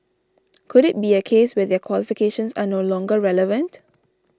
could it be a case where their qualifications are no longer relevant